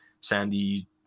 sandy